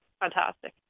fantastic